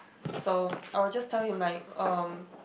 so I will just tell him like um